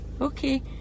Okay